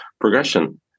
progression